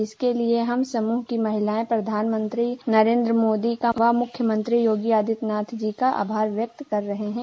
जिसके लिए हम समूह की महिलाएं प्रधानमंत्री नरेंद्र व मुख्यमंत्री योगी आदित्यनाथ जी का आभार व्यक्त कर रही हूं